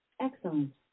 Excellent